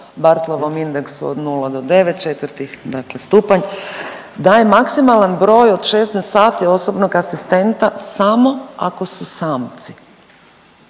Bartolovom indeksu od nula do 9, 4 dakle stupanj daje maksimalan broj od 16 sati osobnog asistenta samo ako su samci,